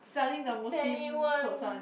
selling the Muslim cloths one